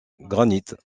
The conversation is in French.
granite